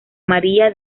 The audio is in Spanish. maría